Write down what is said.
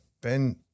Ben